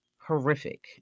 horrific